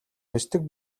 нисдэг